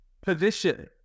position